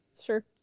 Sure